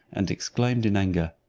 and exclaimed in anger,